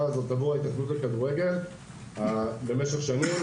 הזו עבור ההתאחדות לכדורגל במשך שנים.